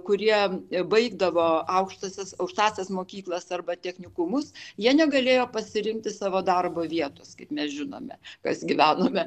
kurie baigdavo aukštąsias aukštąsias mokyklas arba technikumus jie negalėjo pasirinkti savo darbo vietos kaip mes žinome kas gyvenome